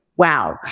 Wow